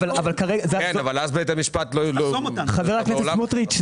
אבל אז בית המשפט לא --- חבר הכנסת סמוטריץ,